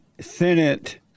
Senate